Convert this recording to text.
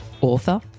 author